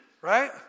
right